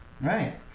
Right